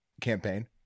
campaign